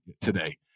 today